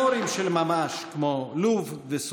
של זכויות אדם, "מגדלורים" של ממש, כמו לוב וסודן.